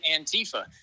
antifa